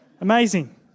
Amazing